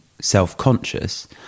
self-conscious